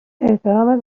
احترامت